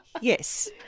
Yes